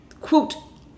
quote